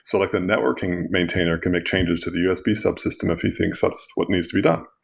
so like the networking maintainer can make changes to the usb subsystem if he things that's what needs to be done.